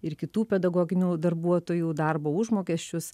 ir kitų pedagoginių darbuotojų darbo užmokesčius